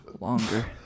longer